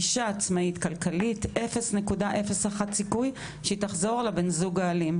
אישה עצמאית כלכלית - 0.01 סיכוי שהיא תחזור לבן זוג האלים.